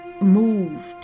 moved